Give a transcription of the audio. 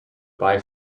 buy